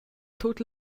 tut